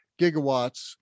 gigawatts